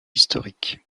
historique